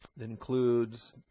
includes